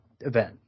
event